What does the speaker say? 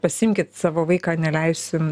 pasiimkit savo vaiką neleisim